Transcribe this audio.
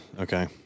Okay